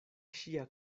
ŝia